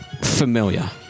familiar